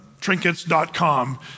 trinkets.com